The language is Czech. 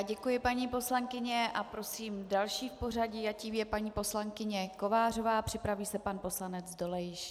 Děkuji, paní poslankyně, a prosím další v pořadí a tou je paní poslankyně Kovářová, připraví se pan poslanec Dolejš.